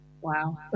Wow